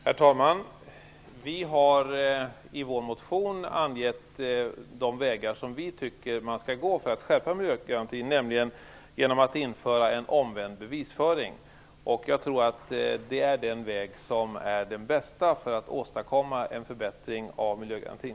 Herr talman! Vi har i vår motion angett den väg som vi tycker att man skall gå för att skärpa miljögarantin, nämligen att införa en omvänd bevisföring. Jag tror att det är den bästa vägen för att åstadkomma en förbättring av miljögarantin.